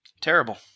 terrible